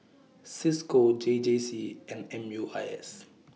CISCO J J C and M U I S